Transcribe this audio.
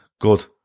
good